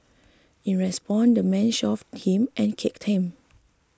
in response the man shoved him and kicked him